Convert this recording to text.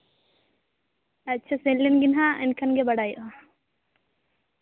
ᱟᱪᱪᱷᱟ ᱥᱮᱱ ᱞᱮᱱ ᱜᱤᱧ ᱦᱟᱸᱜ ᱮᱱᱠᱷᱟᱱ ᱜᱮ ᱵᱟᱲᱟᱭᱚᱜᱼᱟ